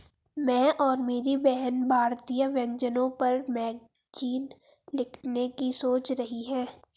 मैं और मेरी बहन भारतीय व्यंजनों पर मैगजीन लिखने की सोच रही है